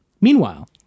Meanwhile